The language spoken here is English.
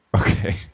okay